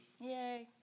Yay